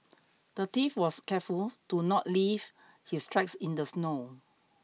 the thief was careful to not leave his tracks in the snow